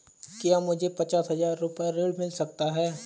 क्या मुझे पचास हजार रूपए ऋण मिल सकता है?